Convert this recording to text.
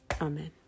Amen